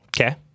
okay